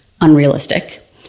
unrealistic